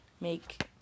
make